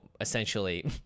essentially